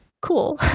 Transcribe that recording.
cool